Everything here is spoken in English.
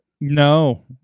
No